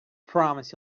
promise